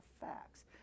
facts